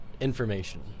information